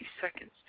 seconds